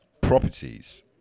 properties